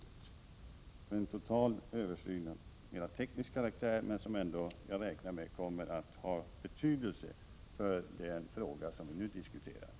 Det är en total översyn av mera teknisk karaktär som jag ändå räknar med kommer att ha betydelse för den fråga som vi nu diskuterar.